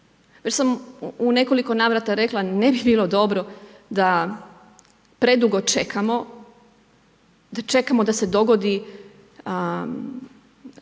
Već sam u nekoliko navrata rekla, ne bi bilo dobro da predugo čekamo, da čekamo da se dogodi nešto